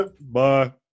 Bye